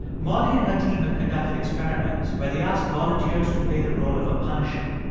molly and her team have conducted experiments where they ask volunteers to play the role of a punisher.